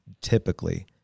typically